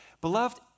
beloved